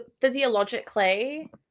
physiologically